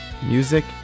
Music